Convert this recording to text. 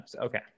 Okay